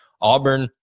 Auburn